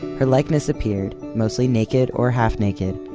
her likeness appeared mostly naked or half naked,